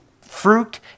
fruit